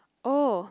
oh